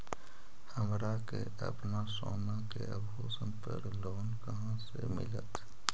हमरा के अपना सोना के आभूषण पर लोन कहाँ से मिलत?